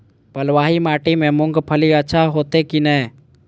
बलवाही माटी में मूंगफली अच्छा होते की ने?